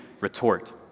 retort